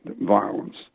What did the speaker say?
violence